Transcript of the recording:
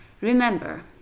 Remember